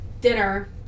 dinner